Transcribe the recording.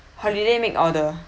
holiday make order